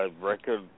record